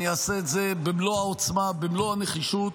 אעשה את זה במלוא העוצמה, במלוא הנחישות,